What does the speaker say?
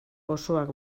osoak